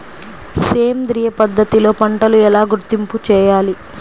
సేంద్రియ పద్ధతిలో పంటలు ఎలా గుర్తింపు చేయాలి?